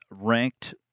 ranked –